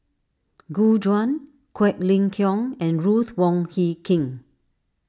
Gu Juan Quek Ling Kiong and Ruth Wong Hie King